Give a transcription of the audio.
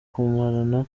kumarana